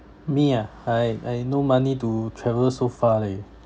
me ah I I no money to travel so far leh